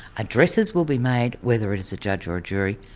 addresses will be made whether it is a judge or a jury.